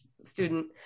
student